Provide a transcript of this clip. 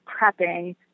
prepping